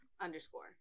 underscore